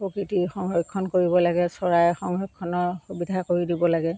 প্ৰকৃতিৰ সংৰক্ষণ কৰিব লাগে চৰাই সংৰক্ষণৰ সুবিধা কৰি দিব লাগে